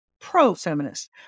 pro-feminist